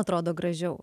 atrodo gražiau